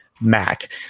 Mac